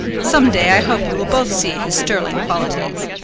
some day i hope you will both see his sterling qualities.